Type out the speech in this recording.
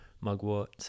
mugwort